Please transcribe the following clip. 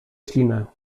ślinę